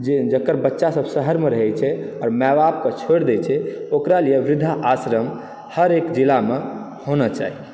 जेकर बच्चा सब बाहर मे रहै छै आर माय बाप के छोरि दै छै ओकरा लिए वृद्धाआश्रम हर एक ज़िला मे होना चाही